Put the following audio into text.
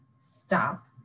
Stop